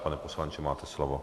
Pane poslanče, máte slovo.